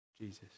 Jesus